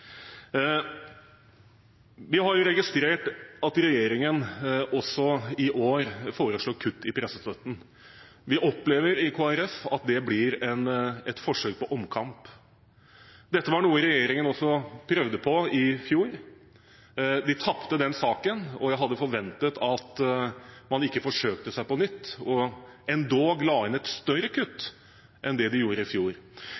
Vi har registrert at regjeringen også i år foreslår kutt i pressestøtten. Vi opplever i Kristelig Folkeparti at det blir et forsøk på omkamp. Dette var noe regjeringen også prøvde på i fjor. Den tapte den saken, og vi hadde forventet at man ikke forsøkte seg på nytt og endog la inn et større kutt enn det den gjorde i fjor.